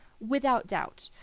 without doubt.